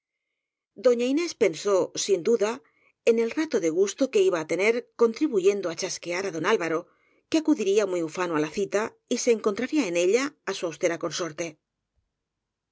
doña inés doña ines pensó sin duda en el rato de gusto que iba á tener contribuyendo á chasquear á don alvaro que acudiría muy ufano á la cita y se en contraría en ella á su austera